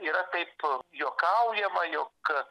yra taip juokaujama jog